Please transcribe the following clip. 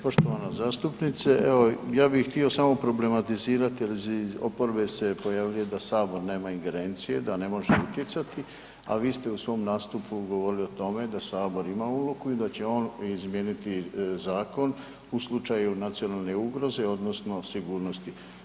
Poštovana zastupnice, evo, ja bih htio samo problematizirati jer iz oporbe se pojavljuje da Sabor nema ingerencije, da ne može utjecati, a vi ste u svom nastupu govorili o tome da Sabor ima ulogu i da će on izmijeniti zakon u slučaju nacionalne ugroze odnosno sigurnosti.